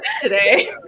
today